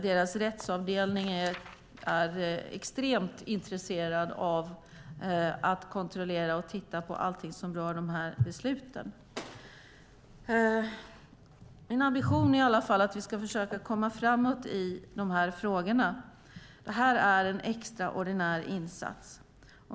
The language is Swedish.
Deras rättsavdelning är extremt intresserad av att kontrollera och titta på allting som rör de här besluten. Min ambition är i alla fall att vi ska försöka komma framåt i de här frågorna. Det här är en extraordinär insats.